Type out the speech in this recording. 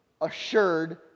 assured